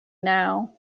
now